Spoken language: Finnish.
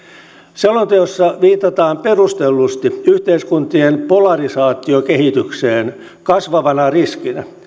selonteossa viitataan perustellusti yhteiskuntien polarisaatiokehitykseen kasvavana riskinä